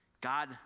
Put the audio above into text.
God